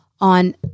on